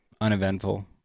uneventful